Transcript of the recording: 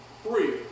three